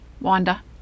Wanda